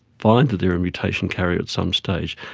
find that they are a mutation carrier at some stage,